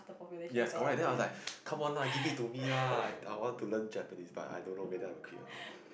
yes correct then I was like come on lah give it to me lah I I want to learn Japanese but I don't know whether I'm okay or not